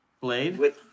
Blade